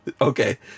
okay